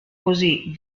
così